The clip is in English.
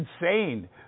insane